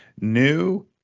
new